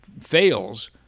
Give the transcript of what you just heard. fails